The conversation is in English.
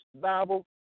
Bible